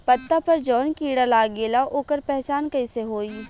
पत्ता पर जौन कीड़ा लागेला ओकर पहचान कैसे होई?